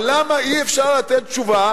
אבל למה אי-אפשר לתת תשובה